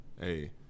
Hey